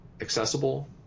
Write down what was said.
accessible